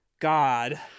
God